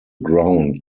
ground